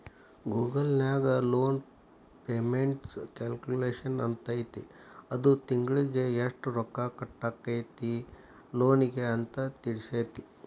Google ನ್ಯಾಗ loan payment calculator ಅಂತೈತಿ ಅದು ತಿಂಗ್ಳಿಗೆ ಯೆಷ್ಟ್ ರೊಕ್ಕಾ ಕಟ್ಟಾಕ್ಕೇತಿ ಲೋನಿಗೆ ಅಂತ್ ತಿಳ್ಸ್ತೆತಿ